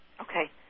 Okay